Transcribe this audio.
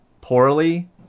poorly